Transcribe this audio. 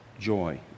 joy